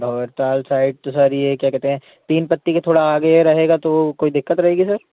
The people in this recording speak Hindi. भँवरताल साइड तो सर यह क्या कहते हैं तीन पत्ती के थोड़ा आगे रहेगा तो काेई दिक्कत रहेगी सर